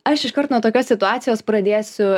aš iškart nuo tokios situacijos pradėsiu